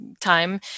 time